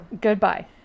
Goodbye